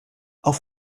auch